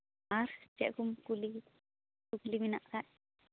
ᱟᱨ ᱪᱮᱫᱠᱚᱢ ᱠᱩᱞᱤᱼᱠᱩᱠᱞᱤ ᱢᱮᱱᱟᱜ ᱠᱷᱟᱱ